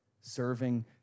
serving